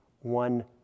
one